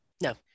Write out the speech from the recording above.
No